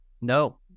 No